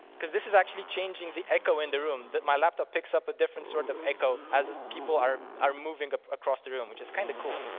because this is actually changing the echo in the room that my laptop picks up a different sort of echo as people are are moving across the room, which is kind of cool.